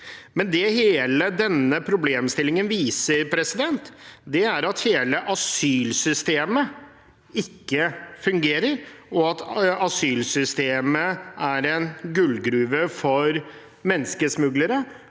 Det som hele denne problemstillingen viser, er at hele asylsystemet ikke fungerer, og at asylsystemet er en gullgruve for menneskesmuglere